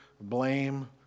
blame